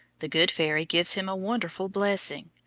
the good fairy gives him a wonderful blessing,